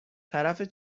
طرف